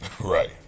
Right